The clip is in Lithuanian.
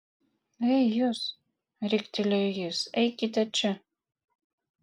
ei jūs riktelėjo jis eikite čia